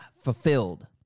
fulfilled